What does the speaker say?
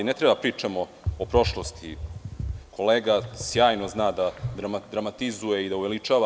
Ne treba da pričamo o prošlosti, kolega sjajno zna da dramatizuje, i da uveličava.